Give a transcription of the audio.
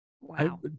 Wow